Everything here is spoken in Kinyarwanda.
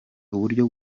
uburyo